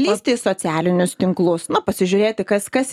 lįsti į socialinius tinklus na pasižiūrėti kas kas